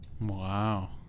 Wow